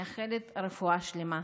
מאחלת רפואה שלמה.